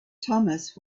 thomas